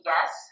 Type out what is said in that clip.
Yes